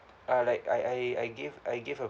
uh like I I I give I give a